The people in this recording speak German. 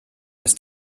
ist